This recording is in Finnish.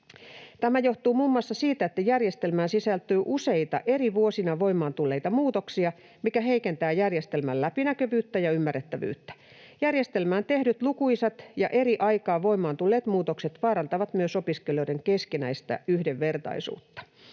Tämä johtuu muun muassa siitä, että järjestelmään sisältyy useita eri vuosina voimaan tulleita muutoksia, mikä heikentää järjestelmän läpinäkyvyyttä ja ymmärrettävyyttä. Järjestelmään tehdyt lukuisat ja eri aikaan voimaan tulleet muutokset vaarantavat myös opiskelijoiden keskinäistä yhdenvertaisuutta.”